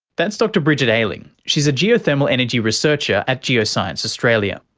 that's dr bridget ailing, she's a geothermal energy researcher at geoscience australia.